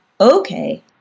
okay